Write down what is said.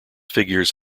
figures